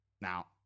Now